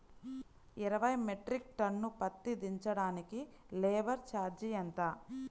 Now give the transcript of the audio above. ఇరవై metric ton పత్తి దించటానికి లేబర్ ఛార్జీ ఎంత?